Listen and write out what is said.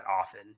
often